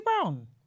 Brown